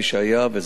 וזה מה שיהיה,